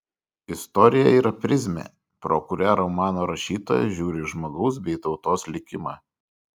istorija yra prizmė pro kurią romano rašytojas žiūri į žmogaus bei tautos likimą